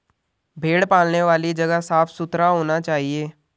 भेड़ पालने वाली जगह साफ सुथरा होना चाहिए